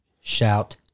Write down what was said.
Shout